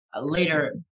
later